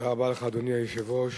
אדוני היושב-ראש,